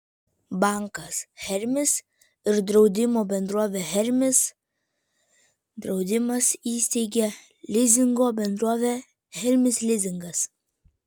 bankas hermis ir draudimo bendrovė hermis draudimas įsteigė lizingo bendrovę hermis lizingas